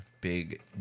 Big